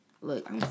look